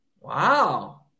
Wow